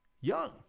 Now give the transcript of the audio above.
young